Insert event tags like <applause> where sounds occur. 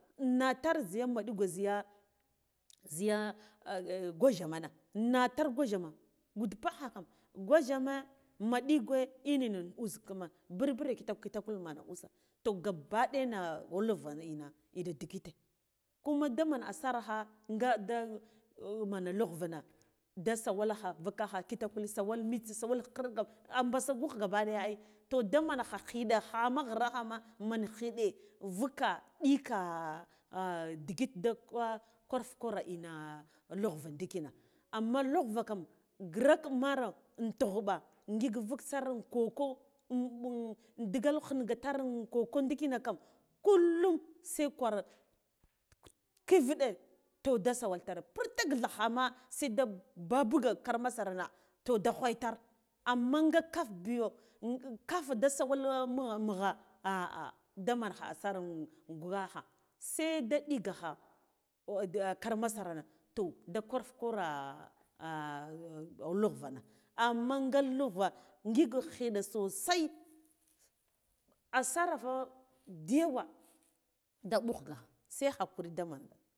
Natar zhiya maɗikwe zhiya <hesitation> gwashjema na natar gwashjema gudubbahakam gwashjema maɗigwe inen uzuk kuma burbure kitak kitakul mana use toh gabba ɗiyana lugra ina ina digite kuma daman asuraka nga da man lugre na da siwal kha vikakha kitakul sawal mitse sawal khikiɗ kam a mbaska gugh gaba daya a toh daman kha khiɗa kha amma ghirakhama man khiɗu vuka nɗika <hesitation> digit da kore ina lugva ndikina amma lugva kam girakmara intughɓa ngik vuk sar in koko <hesitation> digal klingatar koko ndikina kam kullum se gwara kiviɗe toh dasawal tar purtikdha khama seda babuga kara masifana toh da ghwaitar amma nga kaf biyo kafe da sawal mugh a ah damankha asara in gughaka seda ɗigagha karan masarana to da korfe kora ah <hesitation> lugvana amma nga lugva ngik khiɗa sosai asarafa dryewa da bughga se hakuri daman